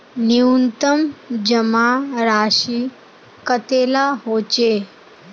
न्यूनतम जमा राशि कतेला होचे?